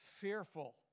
Fearful